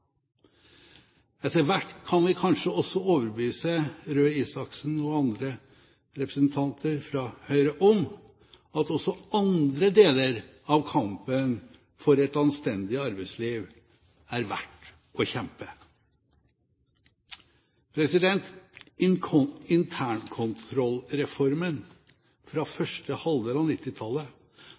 hvert kan vi kanskje overbevise Røe Isaksen og andre representanter fra Høyre om at også andre deler av kampen for et anstendig arbeidsliv er verdt å kjempe. Internkontrollreformen fra første halvdel av